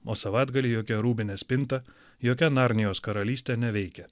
o savaitgalį jokia rūbinės spinta jokia narnijos karalystė neveikia